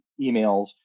emails